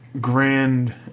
grand